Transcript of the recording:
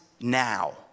now